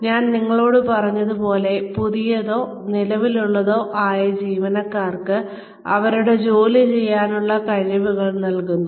ഞാൻ നിങ്ങളോടു പറഞ്ഞതുപോലെ പുതിയതോ നിലവിലുള്ളതോ ആയ ജീവനക്കാർക്ക് അവരുടെ ജോലി ചെയ്യാനുള്ള കഴിവുകൾ നൽകുന്നു